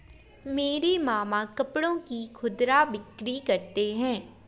मेरे मामा कपड़ों की खुदरा बिक्री करते हैं